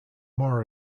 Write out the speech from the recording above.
more